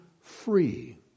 free